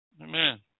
Amen